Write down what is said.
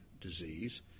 disease